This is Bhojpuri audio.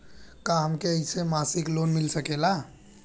का हमके ऐसे मासिक लोन मिल सकेला?